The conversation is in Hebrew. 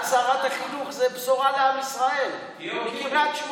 את שרת החינוך, זו בשורה לעם ישראל, תהיה אופטימי.